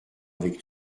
avec